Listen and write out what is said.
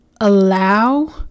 allow